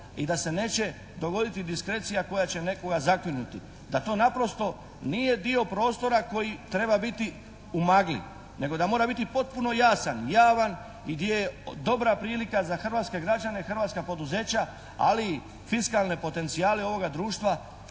i da se neće dogoditi diskrecija koja će nekoga zakinuti, da to naprosto nije dio prostora koji treba biti u magli nego da mora biti potpuno jasan, javan i gdje je dobra prilika za hrvatske građane, hrvatska poduzeća ali fiskalne potencijale ovoga društva